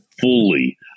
fully